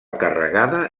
carregada